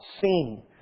seen